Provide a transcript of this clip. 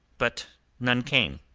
but none came.